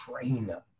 trainer